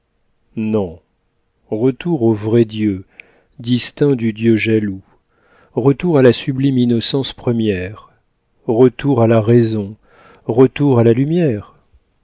non retour au vrai dieu distinct du dieu jaloux retour à la sublime innocence première retour à la raison retour à la lumière